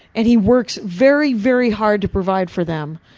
and he works very, very hard to provide for them.